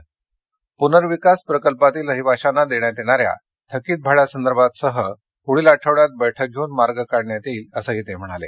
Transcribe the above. प्नर्विकास प्रकल्पातील रहिवाशांना देण्यात येणाऱ्या थकित भाड्यासंदर्भातह पुढील आठवड्यात बळ्क घेऊन मार्ग काढण्यात येईल असंही त्यांनी सांगितलं